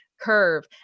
curve